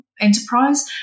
enterprise